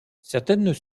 certaines